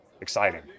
exciting